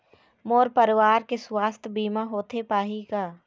मोर परवार के सुवास्थ बीमा होथे पाही का?